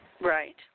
Right